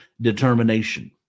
determination